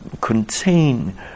contain